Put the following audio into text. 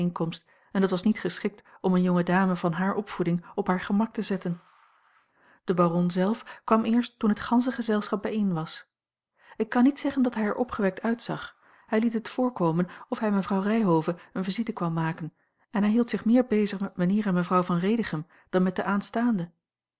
en dat was niet geschikt om eene jonge dame van hare opvoeding op haar gemak te zetten de baron zelf kwam eerst toen het gansche gezelschap bijeen was ik kan niet zeggen dat hij er opgewekt uitzag hij liet het voorkomen of hij mevrouw ryhove eene visite kwam maken en hij hield zich meer bezig met mijnheer en mevrouw van redichem dan met de aanstaande